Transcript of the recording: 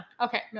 Okay